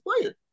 player